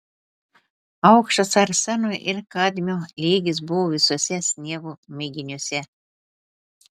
aukštas arseno ir kadmio lygis buvo visuose sniego mėginiuose